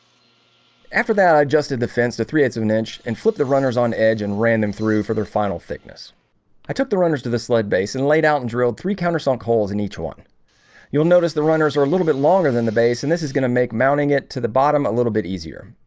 after that i just did the fence to three eight of an inch and flip the runners on edge and ran them through for their final thickness i took the runners to the sled base and laid out and drilled three countersunk holes in each one you'll notice the runners are a little bit longer than the base and this is gonna make mounting it to the bottom a little bit easier